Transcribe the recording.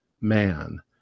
man